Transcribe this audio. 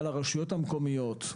על הרשויות המקומיות,